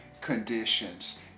conditions